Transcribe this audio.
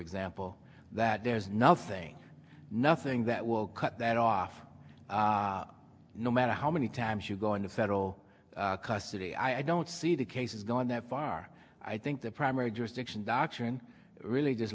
example that there's nothing nothing that will cut that off no matter how many times you go into federal custody i don't see the case is gone that far i think the primary jurisdiction doctrine really just